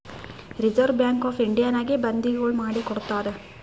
reserve bank of ಇಂಡಿಯಾನಾಗೆ ಬಂದಿಗೊಳ್ ಮಾಡಿ ಕೊಡ್ತಾದ್